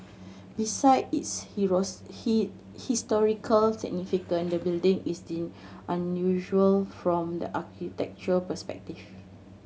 beside its he historical significance the building is deemed unusual from the architectural perspective